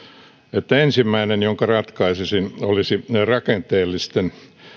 että ensimmäinen jonka ratkaisisin olisi rakenteellisten